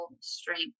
strength